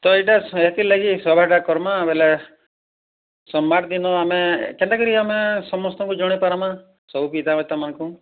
ତ ଏଟା ସେଥି ଲାଗି ସଭାଟା କରିବା ବୋଲେ ସୋମବାର ଦିନ ଆମେ କେନ୍ତା କରି ଆମେ ସମସ୍ତଙ୍କୁ ଜଣେଇ ପାରମା ସବୁ ପିତାମାତା ମାନଙ୍କୁ